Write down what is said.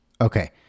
Okay